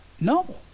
no